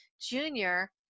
Junior